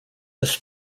this